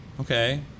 Okay